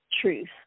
truth